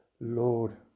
Lord